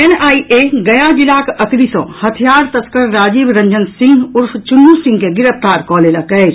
NIA Gaya जिलाक अतरी सँ हथियार तस्कर राजीव रंजन सिंह उर्फ चुन्नू सिंह के गिरफ्तार कऽ लेलक अछि